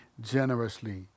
generously